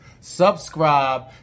Subscribe